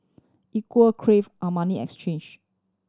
Equal Crave Armani Exchange